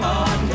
on